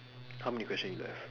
how many question you left